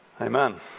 Amen